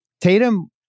Tatum